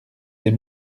des